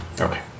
Okay